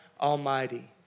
Almighty